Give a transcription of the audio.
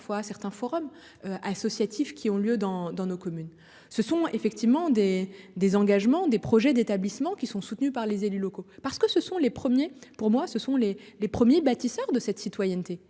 parfois certains forums associatifs qui ont lieu dans, dans nos communes. Ce sont effectivement des désengagements des projets d'établissements qui sont soutenus par les élus locaux, parce que ce sont les premiers pour moi ce sont les les premiers bâtisseurs de cette citoyenneté.